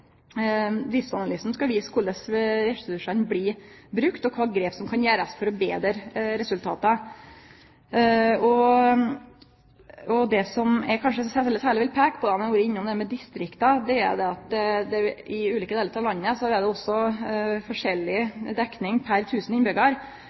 Driftsanalysen skal vise korleis ressursane blir brukte, og kva grep som kan gjerast for å betre resultata. Det som eg kanskje særleg vil peike på når det gjeld distrikta, er at det i ulike delar av landet også er forskjellig dekning pr. tusen innbyggjarar. Det